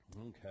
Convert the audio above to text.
Okay